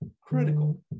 critical